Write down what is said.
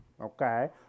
Okay